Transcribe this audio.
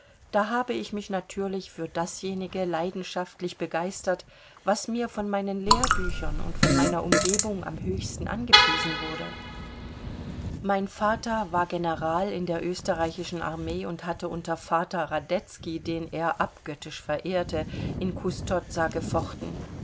da habe ich mich natürlich für dasjenige leidenschaftlich begeistert was mir von meinen lehrbüchern und von meiner umgebung am höchsten angepriesen wurde mein vater war general in der österreichischen armee und hatte unter vater radetzky den er abgöttisch verehrte in custozza gefochten